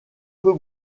peu